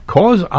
Cause